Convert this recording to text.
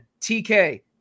tk